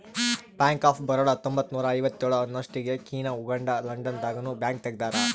bank of Baroda ಹತ್ತೊಂಬತ್ತ್ನೂರ ಐವತ್ತೇಳ ಅನ್ನೊಸ್ಟಿಗೆ ಕೀನ್ಯಾ ಉಗಾಂಡ ಲಂಡನ್ ದಾಗ ನು ಬ್ಯಾಂಕ್ ತೆಗ್ದಾರ